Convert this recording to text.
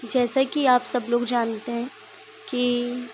जैसा कि आप सब लोग जानते हैं कि